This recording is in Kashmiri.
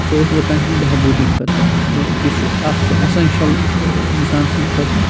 سُہ اوس لوٗکَن ہنٛدۍ بہبوٗدی خٲطرٕ تہٕ یہِ چھُ اَکھ سُہ ایٚسَنشَل ٲں اِنسان سٕنٛدۍ خٲطرٕ